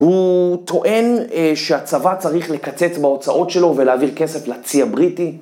הוא טוען שהצבא צריך לקצץ בהוצאות שלו ולהעביר כסף לצי הבריטי.